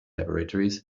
laboratories